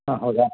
ಹಾಂ ಹೌದಾ